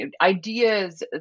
ideas